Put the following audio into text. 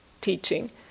teaching